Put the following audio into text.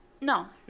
no